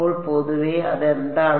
അപ്പോൾ പൊതുവേ അതെന്താണ്